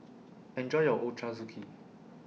Enjoy your Ochazuke